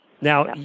Now